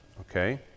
Okay